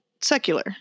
secular